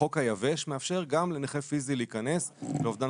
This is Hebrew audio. החוק היבש מאפשר גם לנכה פיזי להיכנס לאובדן